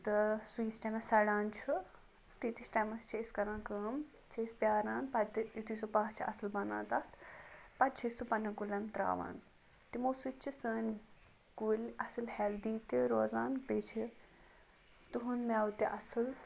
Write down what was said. تہٕ سُہ ییٖتِس ٹایمَس سَڑان چھُ تیٖتِس ٹایمَس چھِ أسۍ کَران کٲم چھِ أسۍ پیٛاران پَتہٕ یُتھُے سُہ پَہہ چھِ اَصٕل بَنان تَتھ پَتہٕ چھِ أسۍ سُہ پنٛنٮ۪ن کُلٮ۪ن ترٛاوان تِمو سۭتۍ چھِ سٲنۍ کُلۍ اَصٕل ہٮ۪لدی تہِ روزان بیٚیہِ چھِ تُہُنٛد مٮ۪وٕ تہِ اَصٕل